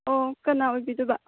ꯑꯣ ꯀꯅꯥ ꯑꯣꯏꯕꯤꯗꯣꯏꯕ